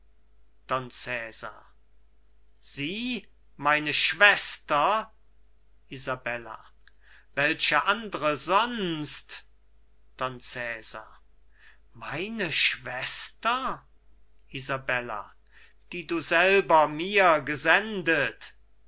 sie meine schwester isabella welche andre sonst don cesar meine schwester isabella die du selber mir gesendet